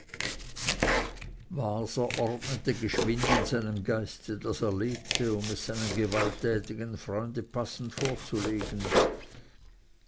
waser ordnete geschwind in seinem geiste das erlebte um es seinem gewalttätigen freunde passend vorzulegen